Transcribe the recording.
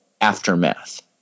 aftermath